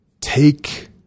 take